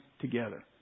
together